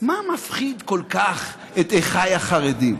מה מפחיד כל כך את אחיי החרדים?